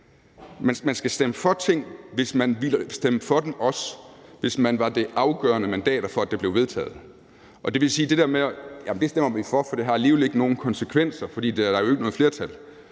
Man skal stemme for ting, hvis man ville stemme for dem, også hvis man var det afgørende mandat for, at det blev vedtaget. Det vil sige, at sådan noget med at stemme for, fordi det alligevel ikke har nogen konsekvenser, fordi der ikke er noget flertal